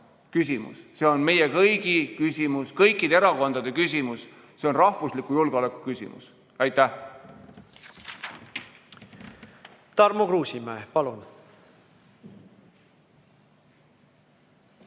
küsimus, see on meie kõigi küsimus, kõikide erakondade küsimus. See on rahvusliku julgeoleku küsimus. Aitäh! Aitäh, hea